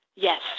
Yes